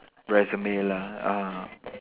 resume lah ah